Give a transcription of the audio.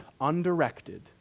undirected